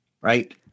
right